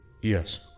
Yes